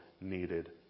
needed